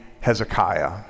Hezekiah